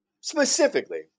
Specifically